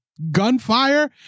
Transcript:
gunfire